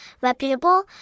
reputable